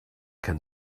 can